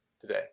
today